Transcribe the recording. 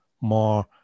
more